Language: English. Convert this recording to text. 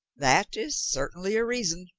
that is certainly a reason,